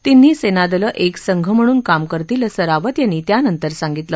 तिन्ही सेनादलं एक संघ म्हणून काम करतील असं रावत यांनी त्यानंतर सांगितलं